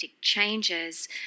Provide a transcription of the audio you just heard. changes